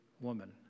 woman